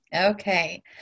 Okay